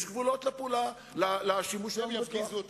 יש גבולות לשימוש, ואם יפגיזו אותנו?